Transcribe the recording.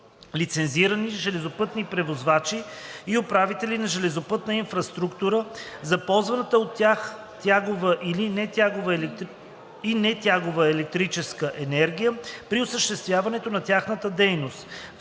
лицензирани железопътни превозвачи и управители на железопътната инфраструктура – за ползваната от тях тягова и нетягова електрическа енергия при осъществяването на тяхната дейност;